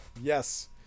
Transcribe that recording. yes